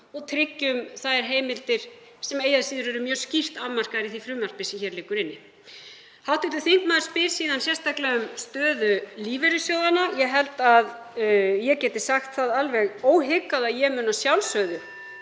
og tryggjum þær heimildir, sem eigi að síður eru mjög skýrt afmarkaðar í því frumvarpi sem hér liggur fyrir. Hv. þingmaður spyr síðan sérstaklega um stöðu lífeyrissjóðanna. Ég held að ég geti sagt það alveg óhikað að ég mun að sjálfsögðu